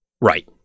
Right